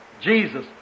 Jesus